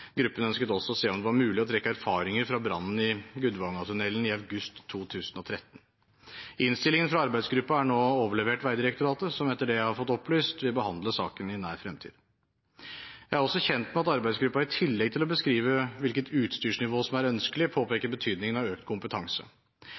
Gruppen ønsket også å se om det var mulig å trekke erfaringer fra brannen i Gudvangatunnelen i august 2013. Innstillingen fra arbeidsgruppen er nå overlevert Vegdirektoratet, som, etter det jeg har fått opplyst, vil behandle saken i nær fremtid. Jeg er også kjent med at arbeidsgruppen i tillegg til å beskrive hvilket utstyrsnivå som er ønskelig,